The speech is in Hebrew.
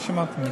לא שמעתי.